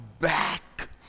back